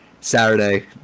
Saturday